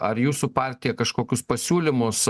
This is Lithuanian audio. ar jūsų partija kažkokius pasiūlymus